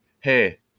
hey